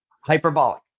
hyperbolic